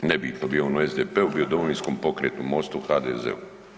Nebitno, bio on u SDP-u, bio u Domovinskom pokretu, MOST-u, HDZ-u.